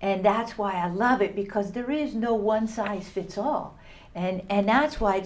and that's why i love it because there really is no one size fits all and that's why